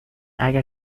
اگر